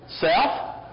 Self